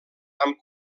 amb